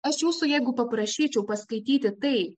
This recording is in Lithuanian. aš jūsų jeigu paprašyčiau paskaityti tai